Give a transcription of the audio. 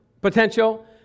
Potential